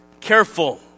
careful